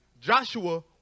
Joshua